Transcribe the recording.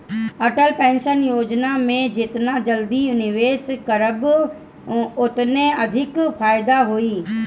Atal pension Yojana में जेतना जल्दी निवेश करबअ ओतने अधिका फायदा होई